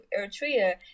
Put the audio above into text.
Eritrea